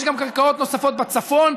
יש גם קרקעות נוספות בצפון,